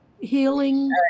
healing